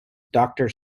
doctor